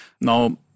Now